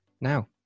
now